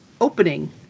opening